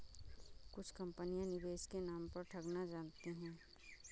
कुछ कंपनियां निवेश के नाम पर ठगना जानती हैं